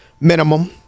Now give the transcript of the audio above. minimum